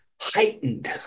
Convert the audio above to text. heightened